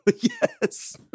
yes